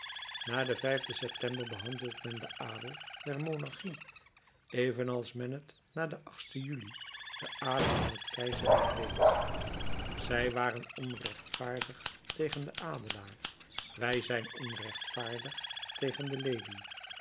na den september behandelt men den adel der monarchie evenals men t na den juli den adel van het keizerrijk deed zij waren onrechtvaardig tegen den adelaar wij zijn onrechtvaardig tegen de